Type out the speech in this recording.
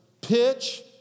pitch